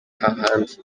hahandi